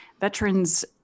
Veterans